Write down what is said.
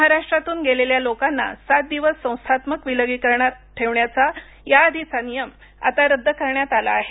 महाराष्ट्रातून गेलेल्या लोकांना सात दिवस संस्थात्मक विलगीकरणात ठेवण्याचा याआधीचा नियम आता रद्द करण्यात आला आहे